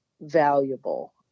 valuable